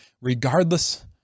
regardless